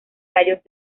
rayos